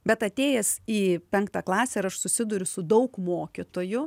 bet atėjęs į penktą klasę ir aš susiduriu su daug mokytojų